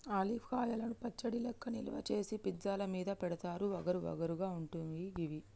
olive కాయలను పచ్చడి లెక్క నిల్వ చేసి పిజ్జా ల మీద పెడుతారు వగరు వగరు గా ఉంటయి గివి